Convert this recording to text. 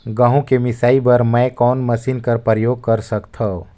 गहूं के मिसाई बर मै कोन मशीन कर प्रयोग कर सकधव?